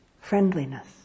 friendliness